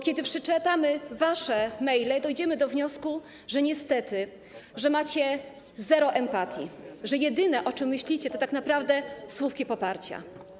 Kiedy przeczytamy wasze maile, dojdziemy do wniosku, że niestety macie zero empatii, że jedyne, o czym myślicie, to tak naprawdę słupki poparcia.